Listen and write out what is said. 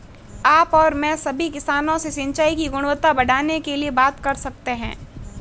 आप और मैं सभी किसानों से सिंचाई की गुणवत्ता बढ़ाने के लिए बात कर सकते हैं